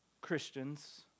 Christians